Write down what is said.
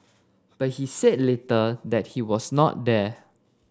but he said later that he was not there